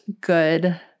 good